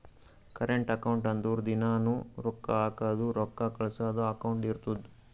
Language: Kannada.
ಕರೆಂಟ್ ಅಕೌಂಟ್ ಅಂದುರ್ ದಿನಾನೂ ರೊಕ್ಕಾ ಹಾಕದು ರೊಕ್ಕಾ ಕಳ್ಸದು ಅಕೌಂಟ್ ಇರ್ತುದ್